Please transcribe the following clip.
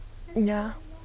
ya